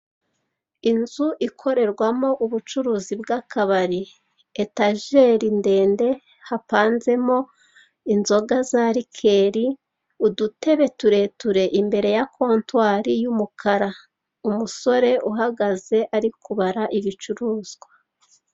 Inzu ikorerwamo ubucuruzi bw'akabari. Etajeri ndende hapanzemo inzoga za likeri, udutebe tureture imbere ya kontwari y'umukara. Umusore uhagaze ari kubara ibicuruzwa.